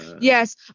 Yes